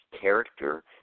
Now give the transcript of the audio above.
character